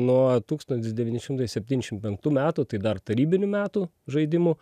nuo tūkstantis devyni šimtai septynšim penktų metų tai dar tarybinių metų žaidimų